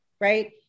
right